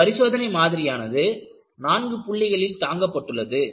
இந்த பரிசோதனை மாதிரியானது நான்கு புள்ளிகளில் தாங்கப்பட்டுள்ளது